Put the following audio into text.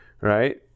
right